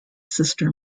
sister